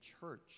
church